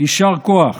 יישר כוח.